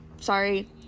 Sorry